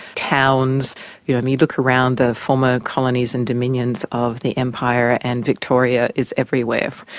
towns you know, you look around the former colonies and dominions of the empire and victoria is everywhere.